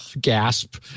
gasp